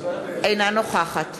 אינה נוכחת